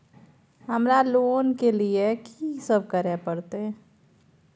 हमरा लोन के लिए की सब करे परतै?